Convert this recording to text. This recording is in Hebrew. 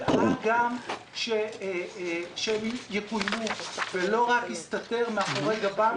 ידאג גם שהן יקוימו ולא רק יסתתר מאחורי גבה של הפקידות.